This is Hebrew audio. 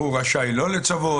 הוא רשאי לא לצוות?